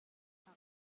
thla